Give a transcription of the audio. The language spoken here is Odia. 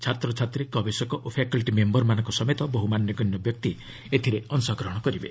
ଛାତ୍ରଛାତ୍ରୀ ଗବେଷକ ଓ ଫାକଲ୍ଟି ମେୟରମାନଙ୍କ ସମତେ ବହୁ ମାନ୍ୟଗଣ୍ୟ ବ୍ୟକ୍ତି ଏଥିରେ ଯୋଗଦାନ କରିବେ